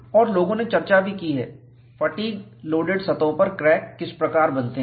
और लोगों ने चर्चा भी की है फटीग लोडेड सतहों पर क्रैक किस प्रकार बनते हैं